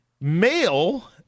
male